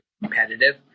competitive